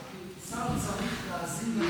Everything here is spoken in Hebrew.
אוקיי, אפשר לסיים את ההצבעה.